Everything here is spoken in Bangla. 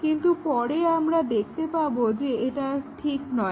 কিন্তু পরে আমরা দেখতে পাবো যে এটা ঠিক নয়